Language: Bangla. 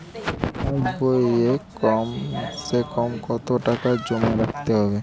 পাশ বইয়ে কমসেকম কত টাকা জমা রাখতে হবে?